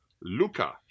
Luca